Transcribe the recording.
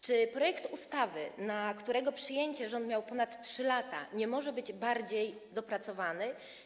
Czy projekt ustawy, na którego przyjęcie rząd miał ponad 3 lata, nie może być bardziej dopracowany?